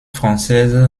françaises